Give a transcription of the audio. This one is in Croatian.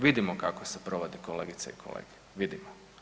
Vidimo kako se provodi kolegice i kolege, vidimo.